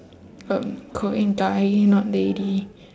um korean guy not lady